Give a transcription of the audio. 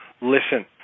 listen